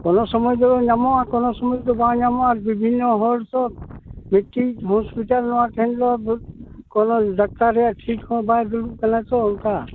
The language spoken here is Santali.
ᱠᱚᱱᱳ ᱥᱚᱢᱚᱭ ᱫᱚ ᱧᱟᱢᱚᱜᱼᱟ ᱠᱚᱱᱳ ᱥᱚᱢᱚᱭ ᱫᱚ ᱵᱟᱝ ᱧᱟᱢᱚᱜᱼᱟ ᱵᱤᱵᱷᱤᱱᱱᱚ ᱦᱚᱲ ᱛᱳ ᱢᱤᱫᱴᱤᱡ ᱦᱳᱥᱯᱤᱴᱟᱞ ᱱᱚᱣᱟ ᱛᱮᱦᱮᱧ ᱫᱚ ᱠᱚᱱᱳ ᱰᱟᱠᱛᱟᱨ ᱨᱮᱭᱟᱜ ᱴᱷᱤᱠ ᱦᱚᱸ ᱵᱟᱭ ᱰᱩᱲᱩᱵ ᱠᱟᱱᱟ ᱛᱳ ᱚᱱᱠᱟ